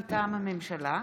מטעם הממשלה,